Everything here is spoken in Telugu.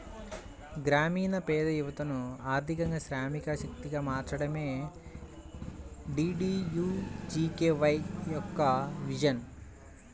గ్రామీణ పేద యువతను ఆర్థికంగా శ్రామిక శక్తిగా మార్చడమే డీడీయూజీకేవై యొక్క విజన్